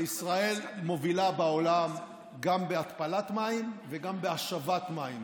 וישראל מובילה בעולם גם בהתפלת מים וגם בהשבת מים,